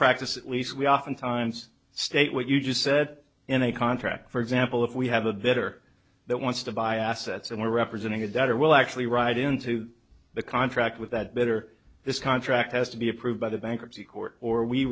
practice at least we oftentimes state what you just said in a contract for example if we have a bitter that wants to buy assets and we're representing a debtor will actually write into the contract with that better this contract has to be approved by the bankruptcy court or we